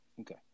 Okay